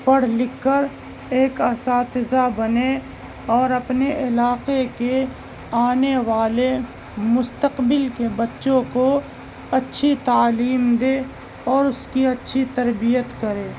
پڑھ لکھ کر ایک اساتذہ بنے اور اپنے علاقے کے آنے والے مستقبل کے بچوں کو اچھی تعلیم دے اور اس کی اچھی تربیت کرے